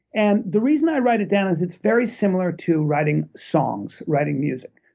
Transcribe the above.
and the reason i write it down is it's very similar to writing songs, writing music.